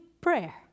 prayer